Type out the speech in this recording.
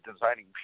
designing